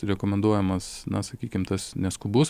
rekomenduojamas na sakykim tas neskubus